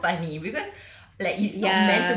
I think it'll be so funny because